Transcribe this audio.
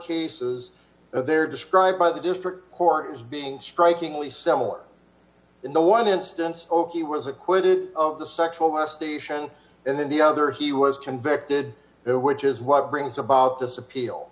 cases they're described by the district court as being strikingly similar in the one instance opie was acquitted of the sexual molestation and then the other he was convicted which is what brings about this appeal